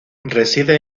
reside